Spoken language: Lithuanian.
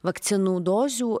vakcinų dozių